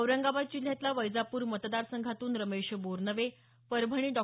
औरंगाबाद जिल्ह्यातल्या वैजापूर मतदारसंघातून रमेश बोरनवे परभणी डॉ